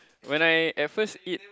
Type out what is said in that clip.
when I at first eat